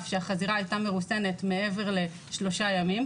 שהחזירה הייתה מרוסנת מעבר לשלושה ימים,